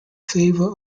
favour